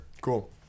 Cool